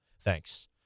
Thanks